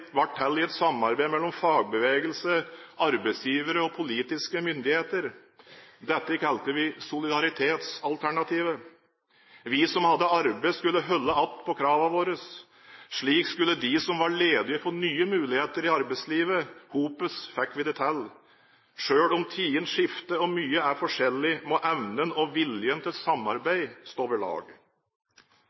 samarbeid mellom fagbevegelse, arbeidsgivere og polititiske myndigheter. Dette kalte vi solidaritetsalternativet. Vi som hadde arbeid, skulle holde igjen på våre krav. Slik skulle de som var ledige, få nye muligheter i arbeidslivet. Sammen fikk vi det til. Selv om tidene skifter og mye er forskjellig, må evnen og viljen til samarbeid stå ved lag.